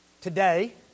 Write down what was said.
Today